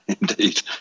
Indeed